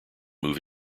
move